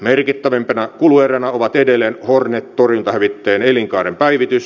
merkittävimpänä kulueränä on edelleen hornet torjuntahävittäjien elinkaaren päivitys